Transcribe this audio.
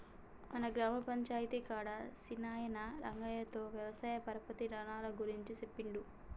మన గ్రామ పంచాయితీ కాడ సీనయ్యా రంగయ్యతో వ్యవసాయ పరపతి రునాల గురించి సెప్పిండు